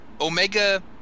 Omega